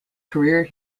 career